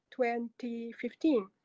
2015